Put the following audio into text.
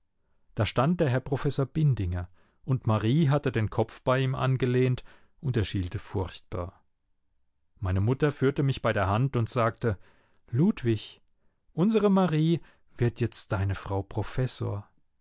da stand der herr professor bindinger und marie hatte den kopf bei ihm angelehnt und er schielte furchtbar meine mutter führte mich bei der hand und sagte ludwig unsere marie wird jetzt deine frau professor